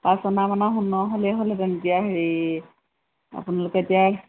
পাঁচ অনামানৰ সোণৰ হ'লেই হ'লহেতেন এতিয়া হেৰি আপোনালোকে এতিয়া